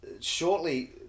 shortly